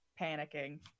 panicking